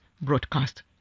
broadcast